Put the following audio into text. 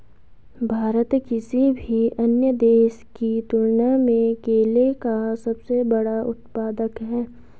भारत किसी भी अन्य देश की तुलना में केले का सबसे बड़ा उत्पादक है